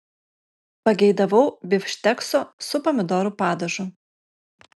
pageidavau bifštekso su pomidorų padažu